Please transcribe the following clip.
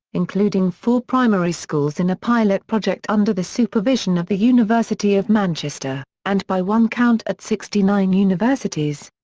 including four primary schools in a pilot project under the supervision of the university of manchester, and by one count at sixty nine universities.